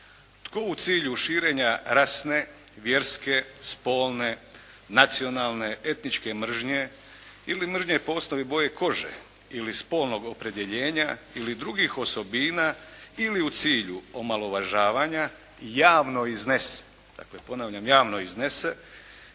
"Tko u cilju širenja rasne, vjerske, spolne, nacionalne, etničke mržnje ili mržnje po osnovi boje kože ili spolnog opredjeljenja ili drugih osobina, ili u cilju omalovažavanja javno iznese ili pronese